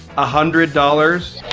ah hundred dollars?